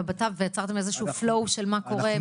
הבט"פ ויצרתם איזשהו flow של מה קורה,